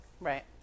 right